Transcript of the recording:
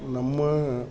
ನಮ್ಮ